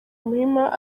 muhima